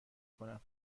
کنم